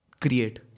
create